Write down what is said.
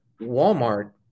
Walmart